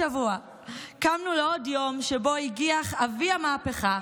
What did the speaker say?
השבוע קמנו לעוד יום שבו הגיח אבי המהפכה,